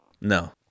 No